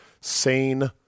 sane